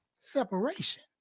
separation